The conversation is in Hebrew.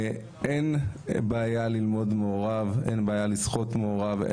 אין בעיה ללמוד מעורב, אין בעיה לשחות מעורב.